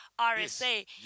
RSA